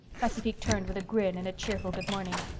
pacifique turned with a grin and a cheerful good morning.